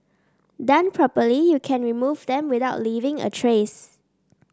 done properly you can remove them without leaving a trace